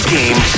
Game